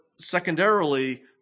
secondarily